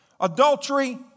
Adultery